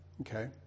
okay